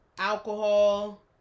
alcohol